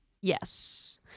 Yes